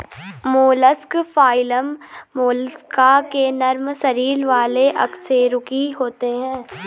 mollusc phylum Mollusca के नरम शरीर वाले अकशेरुकी होते हैं